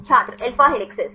छात्र alpha helices